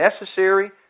necessary